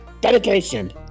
dedication